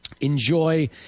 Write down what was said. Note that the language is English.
enjoy